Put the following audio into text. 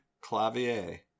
clavier